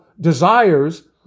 desires